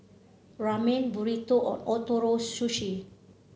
Ramen Burrito and Ootoro Sushi